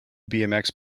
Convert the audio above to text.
bmx